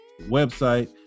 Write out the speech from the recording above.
website